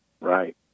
Right